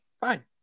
fine